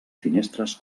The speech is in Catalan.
finestres